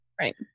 Right